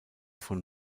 von